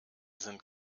sind